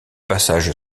passage